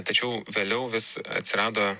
tačiau vėliau vis atsirado